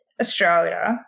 Australia